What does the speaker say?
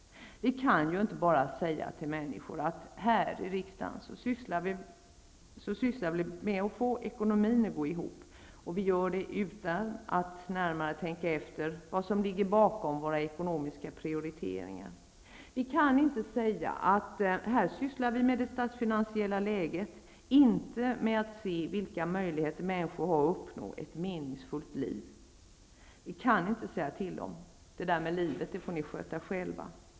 Vi kan ju inte bara säga till människor att vi här i riksdagen sysslar med att få ekonomin att gå ihop och att vi gör det utan att närmare tänka efter vad som ligger bakom våra ekonomiska prioriteringar. Vi kan inte säga: Här sysslar vi med det statsfinansiella läget -- inte med att se vilka möjligheter människor har att uppnå ett meningsfullt liv. Vi kan inte säga till dem: Det där med livet får ni sköta själva.